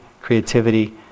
creativity